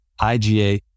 IGA